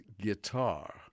Guitar